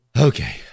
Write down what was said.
Okay